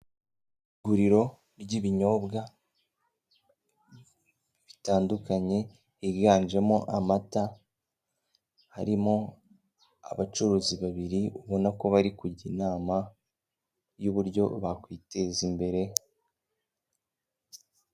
Iguriro ry'ibinyobwa bitandukanye, higanjemo amata, harimo abacuruzi babiri ubona ko bari kujya inama y'uburyo bakwiteza imbere.